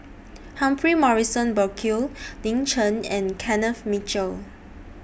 Humphrey Morrison Burkill Lin Chen and Kenneth Mitchell